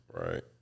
Right